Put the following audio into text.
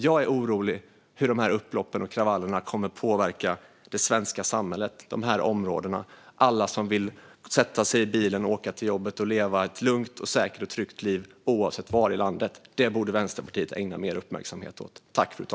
Jag är orolig för hur dessa upplopp och kravaller kommer att påverka det svenska samhället, dessa områden och alla som vill sätta sig i bilen, åka till jobbet och leva ett lugnt, säkert och tryggt liv oavsett var i landet de bor. Det borde Vänsterpartiet ägna mer uppmärksamhet åt.